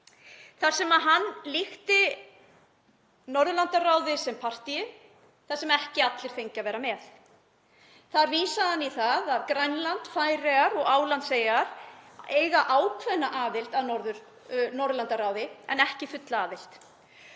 þar sem hann líkti Norðurlandaráði við partí þar sem ekki allir fengju að vera með. Þar vísaði hann í það að Grænland, Færeyjar og Álandseyjar eiga ákveðna aðild að Norðurlandaráði en ekki fulla aðild